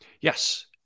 Yes